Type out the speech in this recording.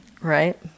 right